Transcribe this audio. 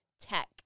tech